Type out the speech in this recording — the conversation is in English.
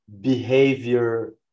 behavior